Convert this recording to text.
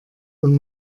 und